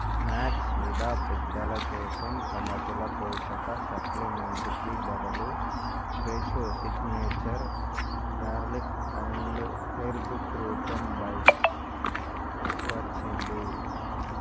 max విదా పెద్దల కోసం సమతుల పోషక సప్లిమెంట్కి బదులు పే షో signature garlic and herb crouton bites వచ్చింది